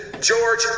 George